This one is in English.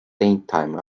daytime